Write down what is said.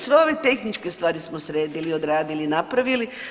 Sve ove tehničke stvari smo sredili, odradili, napravili.